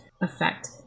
effect